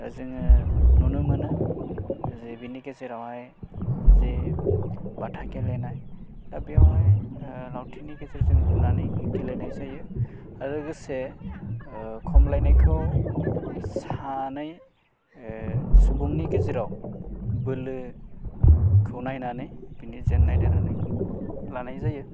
दा जोङो नुनो मोनो जे बेनि गेजेरावहाय जे बाथा गेलेनाय दा बेयावहाय लाथिनि गेजेरजों बुनानै गेलेनाय जायो लोगोसे खमलायनायखौ सानै सुबुंनि गेजेराव बोलोखौ नायनानै बिनो जेननाय देरहानाय लानाय जायो